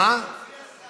מי השר?